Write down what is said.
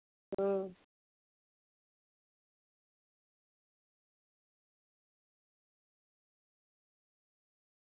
अं